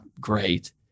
Great